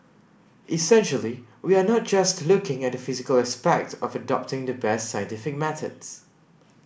essentially we are not just looking at the physical aspect of adopting the best scientific methods